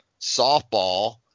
softball